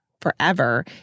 forever